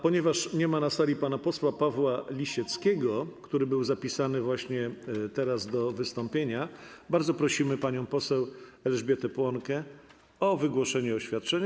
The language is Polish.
Ponieważ nie ma na sali pana posła Pawła Lisieckiego, który był zapisany właśnie teraz do wystąpienia, bardzo prosimy panią poseł Elżbietę Płonkę o wygłoszenie oświadczenia.